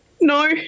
No